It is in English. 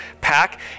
pack